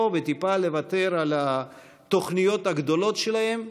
וטיפה לוותר על התוכניות הגדולות שלהם.